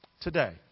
Today